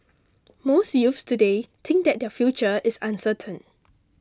most youths today think that their future is uncertain